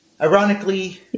Ironically